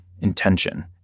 intention